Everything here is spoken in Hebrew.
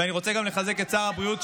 ואני רוצה לחזק גם את שר הבריאות,